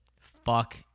Fuck